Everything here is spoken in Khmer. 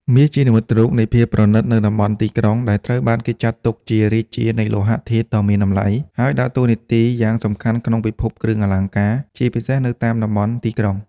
មាសជានិមិត្តរូបនៃភាពប្រណិតនៅតំបន់ទីក្រុង ដែល ត្រូវបានគេចាត់ទុកជារាជានៃលោហៈធាតុដ៏មានតម្លៃ ហើយដើរតួនាទីយ៉ាងសំខាន់ក្នុងពិភពគ្រឿងអលង្ការ ជាពិសេសនៅតាមតំបន់ទីក្រុង។